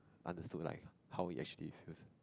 understood like how he actually feels